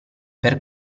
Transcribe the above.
per